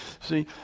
See